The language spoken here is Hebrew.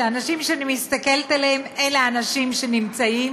האנשים שאני מסתכלת עליהם הם האנשים שנשארים,